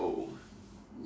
oh